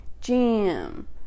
jam